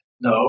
No